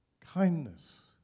Kindness